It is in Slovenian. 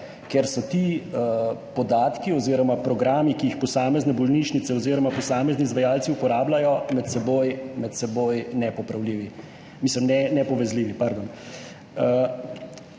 ker so ti podatki oziroma programi, ki jih posamezne bolnišnice oziroma posamezni izvajalci uporabljajo, med seboj, med seboj